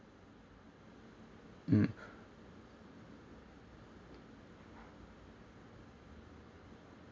mm